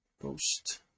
post